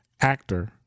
actor